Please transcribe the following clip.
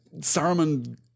Saruman